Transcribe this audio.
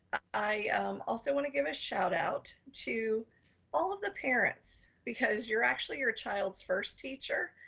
i also wanna give a shout out to all of the parents, because you're actually your child's first teacher.